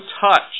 touch